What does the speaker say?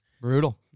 Brutal